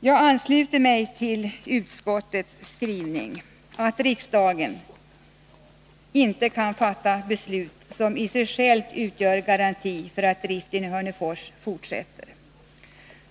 Jag ansluter mig till utskottets skrivning att riksdagen inte kan fatta något beslut som i sig självt utgör en garanti för att driften i Hörnefors fortsätter.